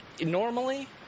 normally